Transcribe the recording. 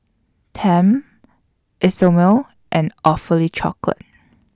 Tempt Isomil and Awfully Chocolate